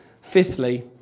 Fifthly